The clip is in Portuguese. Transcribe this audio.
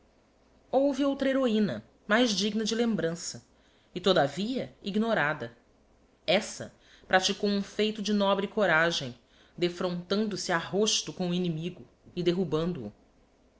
houve outra heroina mais digna de lembrança e todavia ignorada essa praticou um feito de nobre coragem defrontando se a rosto com o inimigo e derrubando o